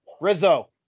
Rizzo